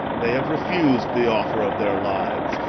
they have refus'd the offer of their lives,